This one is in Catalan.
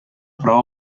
prova